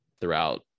throughout